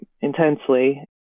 intensely